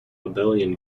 abelian